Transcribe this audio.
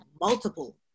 multiple